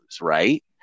right